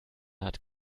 hat